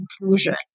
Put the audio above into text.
inclusion